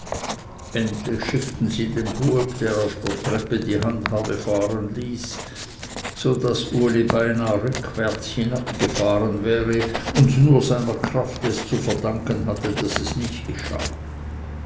endlich schickten sie den bueb der auf der treppe die handhabe fahren ließ so daß uli beinahe rückwärts hinabgefahren wäre und nur seiner kraft es zu verdanken hatte daß es nicht geschah